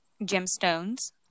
gemstones